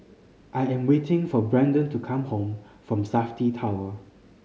I am waiting for Branden to come home from Safti Tower